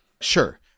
Sure